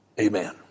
amen